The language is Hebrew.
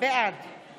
בעד